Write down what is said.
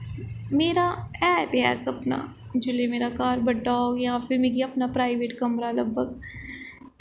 मेरा ऐ ते ऐ सपना जिसलै मेरा घर बड्डा होग जां फिर मिरी अपना प्राईवेट कमरा लब्भग